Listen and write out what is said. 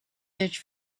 search